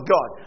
God